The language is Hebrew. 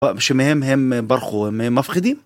שמהם הם ברחו, הם מפחידים.